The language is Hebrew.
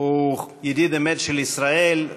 ידיד אמת של ישראל,